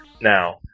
Now